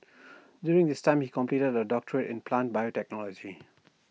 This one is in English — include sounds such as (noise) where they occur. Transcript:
(noise) during this time he completed A doctorate in plant biotechnology